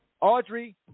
Audrey